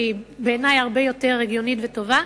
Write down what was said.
שבעיני היא הרבה יותר הגיונית וטובה,